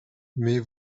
mais